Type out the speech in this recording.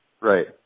Right